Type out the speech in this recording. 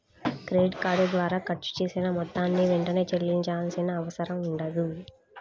credit card ద్వారా ఖర్చు చేసిన మొత్తాన్ని వెంటనే చెల్లించాల్సిన అవసరం ఉండదు